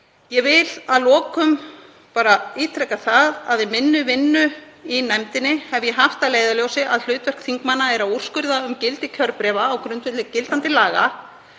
Ég vil að lokum ítreka það að í vinnu minni í nefndinni hef ég haft að leiðarljósi að hlutverk þingmanna sé að úrskurða um gildi kjörbréfa á grundvelli gildandi laga.